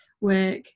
work